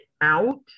out